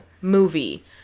movie